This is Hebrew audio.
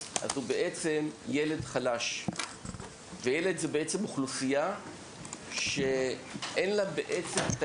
אז הוא בעצם ילד חלש וילד זה בעצם אוכלוסייה שאין לה בעצם את